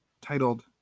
titled